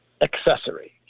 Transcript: accessory